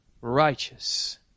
righteous